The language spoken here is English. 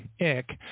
ick